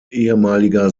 ehemaliger